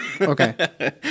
Okay